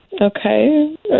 Okay